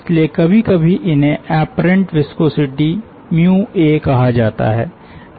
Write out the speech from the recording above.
इसलिए कभी कभी इन्हें एपरेंट विस्कोसिटी a कहा जाता है